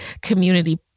community